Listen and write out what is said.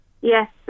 Yes